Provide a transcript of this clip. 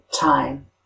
time